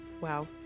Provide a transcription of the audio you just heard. wow